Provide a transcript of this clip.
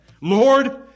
Lord